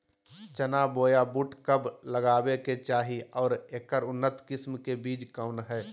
चना बोया बुट कब लगावे के चाही और ऐकर उन्नत किस्म के बिज कौन है?